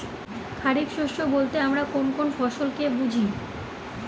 খরিফ শস্য বলতে আমরা কোন কোন ফসল কে বুঝি?